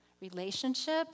relationship